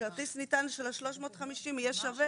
הכרטיס הנטען של 350 יהיה שווה